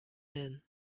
men